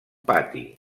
pati